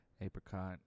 apricot